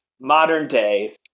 modern-day